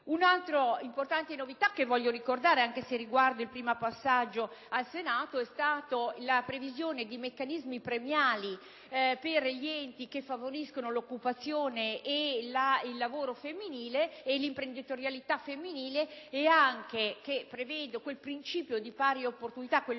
Un'altra importante novità - che voglio ricordare, anche se riguarda il primo passaggio al Senato - è stata la previsione di meccanismi premiali per gli enti che favoriscono l'occupazione e l'imprenditorialità femminile e la previsione del principio di pari opportunità. In particolare,